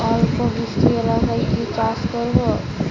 অল্প বৃষ্টি এলাকায় কি চাষ করব?